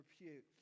repute